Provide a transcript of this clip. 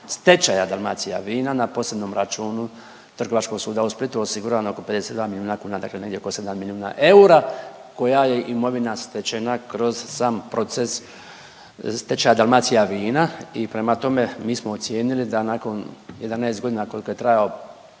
stečaja Dalmacija vina na posebnom računu Trgovačkog suda u Splitu osigurano oko 52 milijuna kuna, dakle negdje oko 7 milijuna eura koja je imovina stečena kroz sam proces stečaja Dalmacija vina i prema tome mi smo ocijenili da nakon 11 godina koliko je trajao,